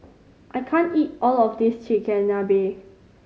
I can't eat all of this Chigenabe